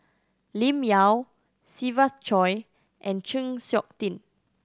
Lim Yau Siva Choy and Chng Seok Tin